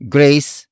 Grace